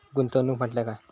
गुंतवणूक म्हटल्या काय?